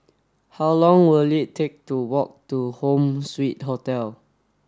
how long will it take to walk to Home Suite Hotel